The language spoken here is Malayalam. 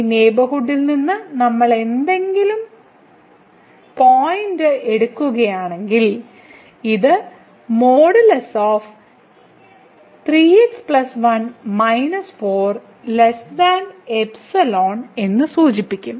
ഈ നെയ്ബർഹുഡിൽ നിന്ന് നമ്മൾ എന്തെങ്കിലും പോയിന്റ് എടുക്കുകയാണെങ്കിൽ ഇത് എന്ന് സൂചിപ്പിക്കും